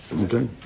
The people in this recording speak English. okay